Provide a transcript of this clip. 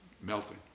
melting